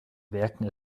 werken